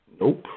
Nope